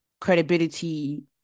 credibility